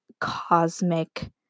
cosmic